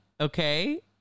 Okay